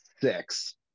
six